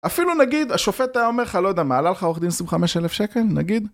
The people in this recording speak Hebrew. אפילו נגיד, השופט היה אומר לך, לא יודע, עלה לך עורך דין 25,000 שקל, נגיד?